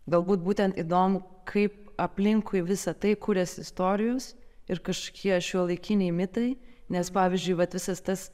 galbūt būtent įdomu kaip aplinkui visa tai kuriasi istorijos ir kažkokie šiuolaikiniai mitai nes pavyzdžiui vat visas tas